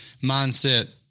mindset